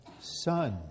Son